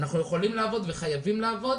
אנחנו יכולים לעבוד וחייבים לעבוד